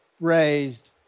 raised